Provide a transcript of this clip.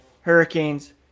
Hurricanes